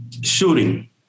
Shooting